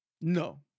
No